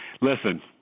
Listen